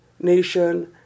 nation